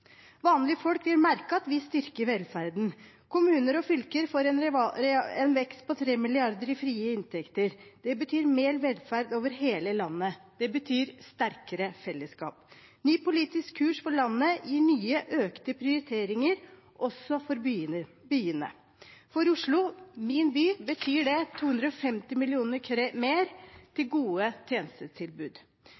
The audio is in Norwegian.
Vanlige folk vil merke at vi styrker velferden. Kommuner og fylker får en vekst på 3 mrd. kr i frie inntekter. Det betyr mer velferd over hele landet. Det betyr sterkere fellesskap. Ny politisk kurs for landet gir nye økte prioriteringer, også for byene. For Oslo, min by, betyr det 250 mill. kr mer til